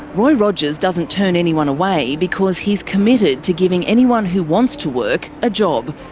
roy rogers doesn't turn anyone away because he's committed to giving anyone who wants to work a job,